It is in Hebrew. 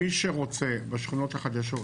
מי שרוצה בשכונות החדשות